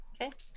Okay